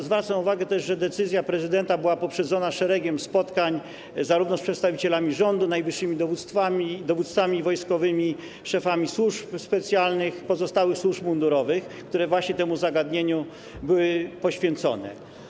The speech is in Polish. Zwracam też uwagę, że decyzja prezydenta była poprzedzona szeregiem spotkań z przedstawicielami rządu, najwyższymi dowódcami wojskowymi, szefami służb specjalnych i pozostałych służb mundurowych, które właśnie temu zagadnieniu były poświęcone.